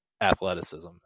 athleticism